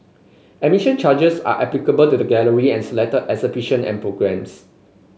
admission charges are applicable to the gallery and selected exhibition and programmes